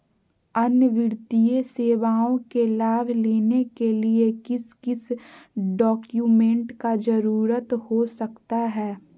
अन्य वित्तीय सेवाओं के लाभ लेने के लिए किस किस डॉक्यूमेंट का जरूरत हो सकता है?